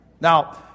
Now